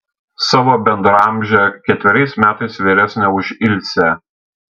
savo bendraamžę ketveriais metais vyresnę už ilsę